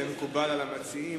זה מקובל על המציעים.